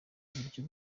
uburyo